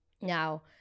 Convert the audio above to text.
Now